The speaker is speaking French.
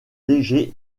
léger